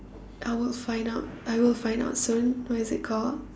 I will find out I will find out soon what is it called